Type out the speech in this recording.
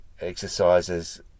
exercises